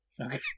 Okay